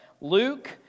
Luke